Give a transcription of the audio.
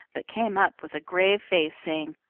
but came up with a grave face, saying,